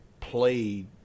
played